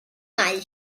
mae